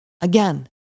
again